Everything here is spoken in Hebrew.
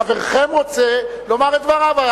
חברכם רוצה לומר את דבריו.